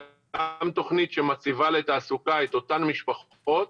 גם תוכנית שמציבה לתעסוקה את אותן משפחות,